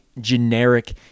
generic